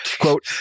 Quote